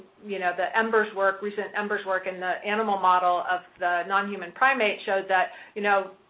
you know. the embers work, recent embers work in the animal model of the non-human primate shows that, you know,